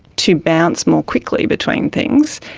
to bounce more quickly between things.